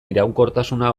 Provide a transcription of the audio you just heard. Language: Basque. iraunkortasuna